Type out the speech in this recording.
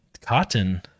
cotton